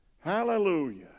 Hallelujah